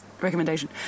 recommendation